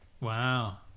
Wow